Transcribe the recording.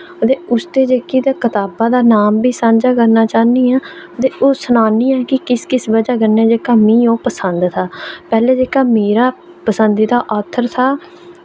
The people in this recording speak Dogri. ते उसदे जेह्की ते कताबा दा नां बी सांझा करना चाह्न्नी आं ते और सनान्नी आं कि किस किस वजह् कन्नै जेह्का मी ओह् पसंद हा पैह्लें जेह्का मेरा पसंदिदा आथर हा